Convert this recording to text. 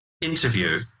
interview